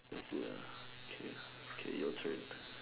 ya okay okay your turn